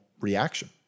reaction